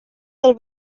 del